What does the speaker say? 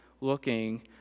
looking